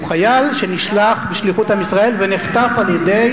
הוא חייל שנשלח בשליחות עם ישראל ונחטף על-ידי